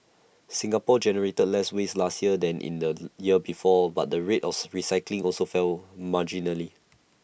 Singapore generated less waste last year than in the year before but the rate of recycling also fell marginally